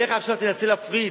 לך עכשיו תנסה להפריד,